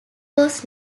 was